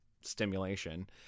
stimulation